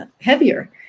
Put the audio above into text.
heavier